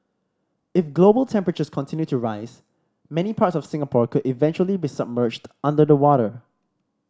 if global temperatures continue to rise many parts of Singapore could eventually be submerged under the water